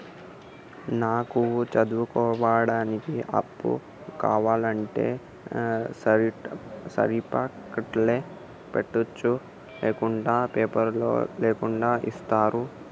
నాకు చదువుకోవడానికి అప్పు కావాలంటే సర్టిఫికెట్లు పెట్టొచ్చా లేకుంటే పేపర్లు లేకుండా ఇస్తరా?